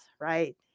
right